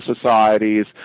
societies